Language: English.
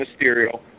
Mysterio